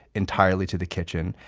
entirely to the kitchen.